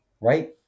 right